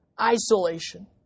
isolation